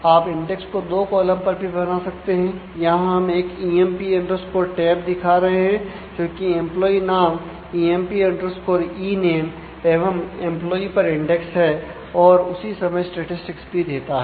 आप इंडेक्स को दो कॉलम पर भी बना सकते हैं यहां हम एक emp tab दिखा रहे हैं जो कि एंप्लोई नाम emp ename एवं employee पर इंडेक्स है और उसी समय स्टैटिस्टिक्स भी देता है